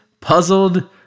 puzzled